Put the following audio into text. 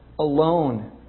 Alone